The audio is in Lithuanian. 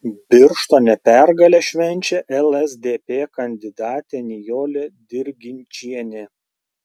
birštone pergalę švenčia lsdp kandidatė nijolė dirginčienė